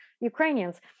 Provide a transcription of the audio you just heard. ukrainians